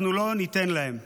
אנחנו לא ניתן להם.